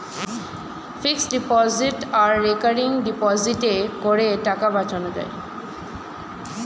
fixed deposit আর recurring ডিপোজিটে করের টাকা বাঁচানো যায়